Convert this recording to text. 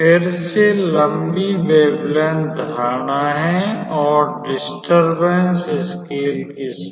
फिर से लंबी तरंग दैर्ध्य धारणा है और डिस्टर्बेंस स्केल के साथ